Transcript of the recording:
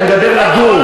אני אומר לגור.